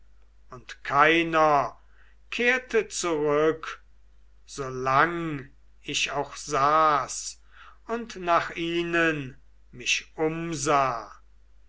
und keiner kehrte zurück solang ich auch saß und nach ihnen mich umsah